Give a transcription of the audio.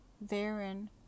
therein